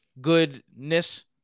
goodness